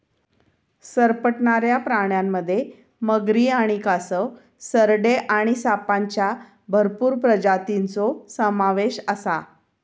सरपटणाऱ्या प्राण्यांमध्ये मगरी आणि कासव, सरडे आणि सापांच्या भरपूर प्रजातींचो समावेश आसा